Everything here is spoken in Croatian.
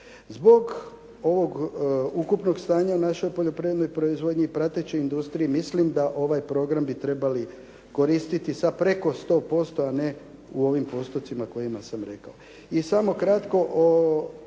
Zbog ovog ukupnog stanja u našoj poljoprivrednoj proizvodnji i pratećoj industriji, mislim da bi ovaj program trebali koristiti sa preko 100%, a ne u ovim postocima u kojima sam rekao. I samo kratko,